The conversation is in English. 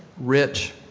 rich